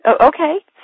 Okay